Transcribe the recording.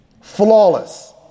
flawless